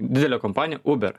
didelę kompaniją uber